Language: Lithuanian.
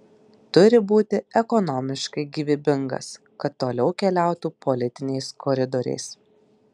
turi būti ekonomiškai gyvybingas kad toliau keliautų politiniais koridoriais